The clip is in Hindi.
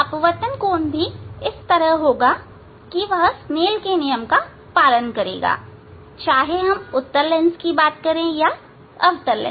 अपवर्तन कोण भी इस तरह होगा कि वह स्नेल के नियम का पालन करेगा चाहे यह उत्तल लेंस हो या अवतल लेंस